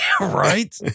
Right